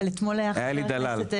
אבל אתמול היה חבר הכנסת אלי דלל.